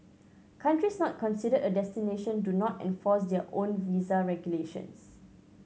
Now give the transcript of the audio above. countries not considered a destination do not enforce their own visa regulations